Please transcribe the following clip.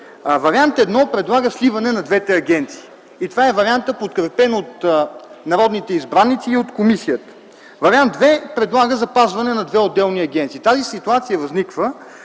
Вариант І предлага сливане на двете агенции и това е вариантът, подкрепен от народните избраници и от комисията. Вариант ІІ предлага запазване на две отделни агенции. Тази ситуация възниква,